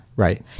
Right